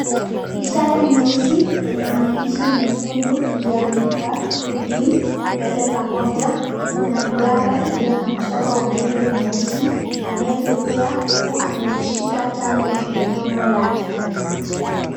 Ishara nyeusi yenye maandishi nyekundu iliyoandikwa Jubilee, mbele pamaoja na kuna duara iliyo na mchoro wa ndege mweusi anayepepea, huku amelishika tawi kwenye domo lake.